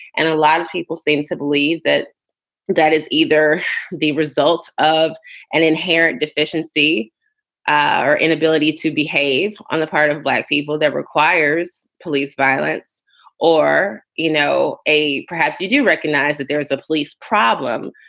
and a lot of people seem to believe that that is either the result of an inherent deficiency ah or inability to behave on the part of black people that requires police violence or, you know, a perhaps you do recognize that there is a police problem.